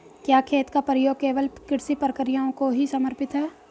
क्या खेत का प्रयोग केवल कृषि प्रक्रियाओं को ही समर्पित है?